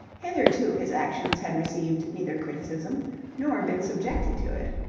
hitherto, his actions had received neither criticism nor been subjected to it.